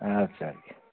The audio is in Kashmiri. اَدٕ سا اَدٕ کیٛاہ